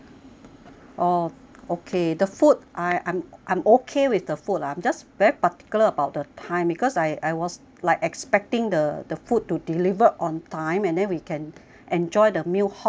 orh okay the food I I'm I'm okay with the food I'm just very particular about the time because I I was like expecting the the food to delivered on time and then we can enjoy the meal hot you see